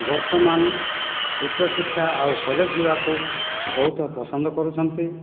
ବର୍ତ୍ତମାନ ଉଚ୍ଚଶିକ୍ଷା ଆଉ କଲେଜ ଯିବାକୁ ବହୁତ ପସନ୍ଦ କରୁଛନ୍ତି